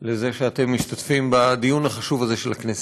על זה שאתם משתתפים בדיון החשוב הזה של הכנסת.